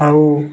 ଆଉ